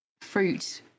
fruit